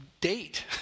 date